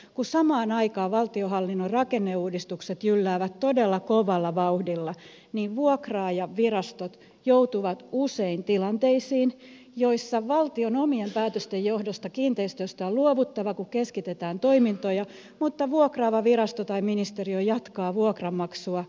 kun samaan aikaan valtionhallinnon rakenneuudistukset jylläävät todella kovalla vauhdilla vuokraajavirastot joutuvat usein tilanteisiin joissa valtion omien päätösten johdosta kiinteistöstä on luovuttava kun keskitetään toimintoja mutta vuokraava virasto tai ministeriö jatkaa vuokranmaksua